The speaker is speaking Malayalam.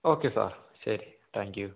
ഓക്കേ സാർ ശരി താങ്ക് യൂ